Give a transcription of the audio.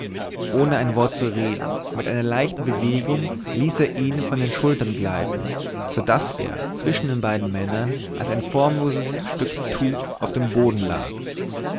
ohne ein wort zu reden mit einer leichten bewegung ließ er ihn von den schultern gleiten so daß er zwischen den beiden männern als ein formloses stück tuch auf dem boden lag